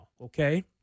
okay